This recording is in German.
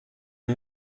sie